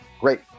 great